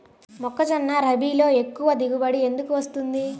మొక్కజొన్న రబీలో ఎక్కువ దిగుబడి ఎందుకు వస్తుంది?